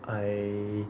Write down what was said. I